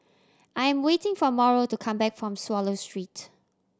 I am waiting for Mauro to come back from Swallow Street